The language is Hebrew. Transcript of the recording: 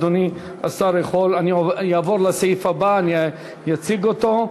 אדוני השר, אני אעבור לסעיף הבא, אני אציג אותו: